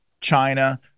China